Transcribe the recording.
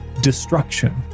destruction